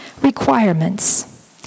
requirements